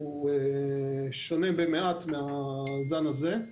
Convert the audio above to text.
שהוא שונה במעט מהזן הזה.